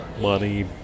money